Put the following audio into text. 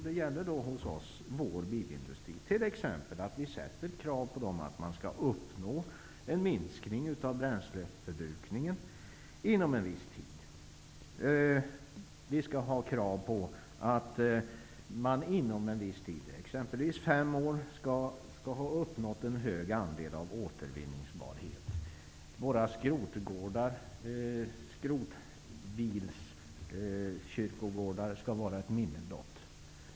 Det gäller t.ex. att ställa krav på att vår bilindustri inom en viss tid skall åstadkomma en minskning av bränsleförbrukningen eller, exempelvis inom fem år, skall ha uppnått en hög andel av återvinningsbarhet. Våra skrotbilskyrkogårdar skall vara ett minne blott.